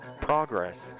Progress